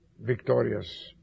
victorious